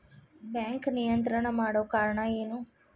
Bank ನಿಯಂತ್ರಣ ಮಾಡೊ ಕಾರ್ಣಾ ಎನು?